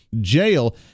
jail